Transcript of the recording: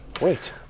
wait